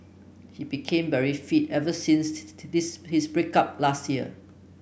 he became very fit ever since this his break up last year